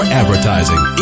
advertising